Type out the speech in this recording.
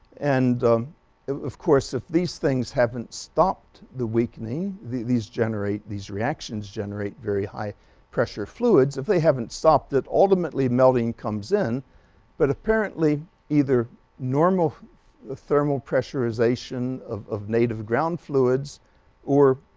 and of of course if these things haven't stopped the weakening, these generate these reactions generate very high pressure fluids if they haven't stopped it, ultimately melting comes in but apparently either normal thermal pressurization of of native ground fluids or